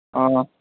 ꯑꯥ